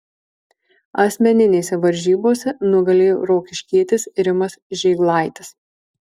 asmeninėse varžybose nugalėjo rokiškietis rimas žėglaitis